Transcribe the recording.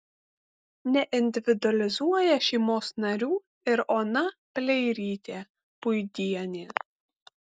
neindividualizuoja šeimos narių ir ona pleirytė puidienė